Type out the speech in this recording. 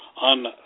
on